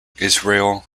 israel